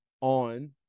on